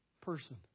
person